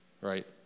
Right